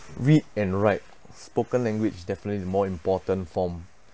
read and write spoken language definitely the more important form